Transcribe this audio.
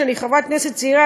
שאני חברת כנסת צעירה,